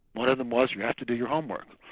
one of them was, you had to do your homework.